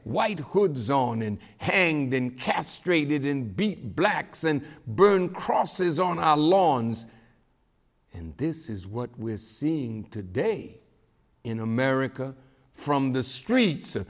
white hoods zone and hang them castrated in be blacks and burn crosses on our lawns and this is what we're seeing today in america from the streets of